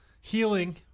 healing